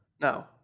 No